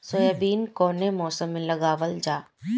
Soybean कौने मौसम में लगावल जा?